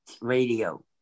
radio